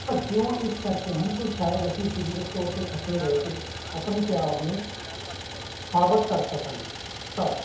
ਭੱਜੇ ਉਹ ਇਸ ਕਰਕੇ ਹਨ ਕਿ ਸ਼ਾਇਦ ਅਸੀਂ ਸਰੀਰਕ ਤੌਰ 'ਤੇ ਖੱਟੇ ਰਹਿ ਕੇ ਆਪਣੇ ਪਿਆਰ ਨੂੰ ਸਾਬਤ ਕਰ ਸਕਾਂਗੇ ਪਰ